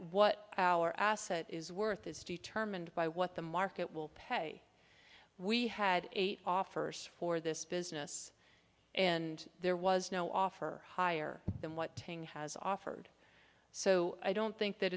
what our asset is worth is determined by what the market will pay we had eight offers for this business and there was no offer higher than what tang has offered so i don't think that